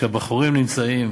כשהבחורים נמצאים